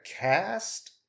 cast